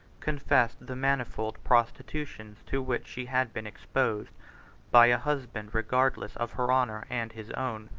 confessed the manifold prostitutions to which she had been exposed by a husband regardless of her honor and his own.